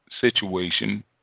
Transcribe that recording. situation